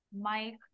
Mike